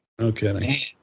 Okay